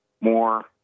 more